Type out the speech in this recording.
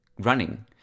running